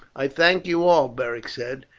i thank you all, beric said,